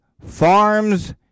Farms